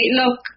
look